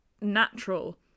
natural